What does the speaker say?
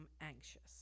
anxious